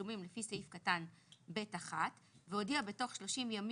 התשלומים לפי סעיף קטן (ב)(1) והודיע בתוך 30 יום